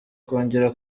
kongera